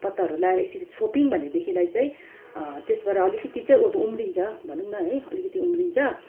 पत्ताहरू लगाएर यसरी छोप्यौँ भनेदेखिलाई चाहिँ त्यसबाट अलिकति चाहिँ अब उम्रिन्छ भनौँ न है अलिकति उम्रिन्छ